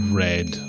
red